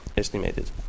Estimated